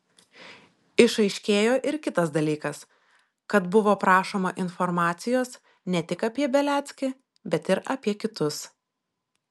išaiškėjo ir kitas dalykas kad buvo prašoma informacijos ne tik apie beliackį bet ir apie kitus